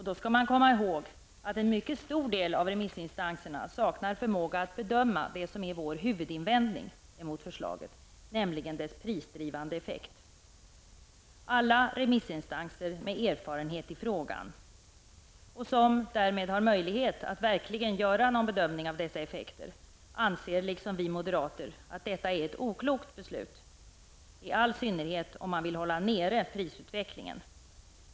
Då skall man komma ihåg att en mycket stor del av remissinstanserna saknar förmåga att bedöma det som är vår huvudinvändning mot förslaget, nämligen dess prisdrivande effekt. Alla remissinstanser med erfarenhet i frågan och som därmed har möjlighet att göra någon verklig bedömning av dess effekter, anser liksom vi moderater att detta är ett oklokt beslut. Det gäller i all synnerhet om man vill hålla nere prisutvecklingen.